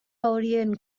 horien